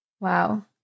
Wow